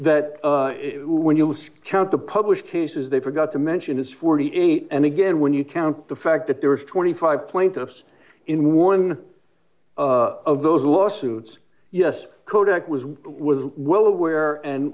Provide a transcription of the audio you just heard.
that when you count the published cases they forgot to mention is forty eight and again when you count the fact that there was twenty five plaintiffs in one of those lawsuits yes kodak was was well aware and